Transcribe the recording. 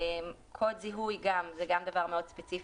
קוד זיהוי זה גם דבר מאוד ספציפי,